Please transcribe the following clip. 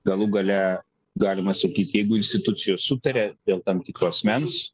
galų gale galima sakyt jeigu institucijos sutaria dėl tam tikro asmens